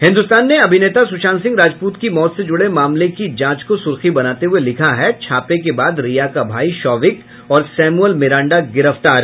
हिन्दुस्तान ने अभिनेता सुशांत सिंह राजपूत की मौत से जुड़े मामले की जांच को सुर्खी बनाते हुये लिखा है छापे के बाद रिया का भाई शौविक और सैमुअल मिरांडा गिरफ्तार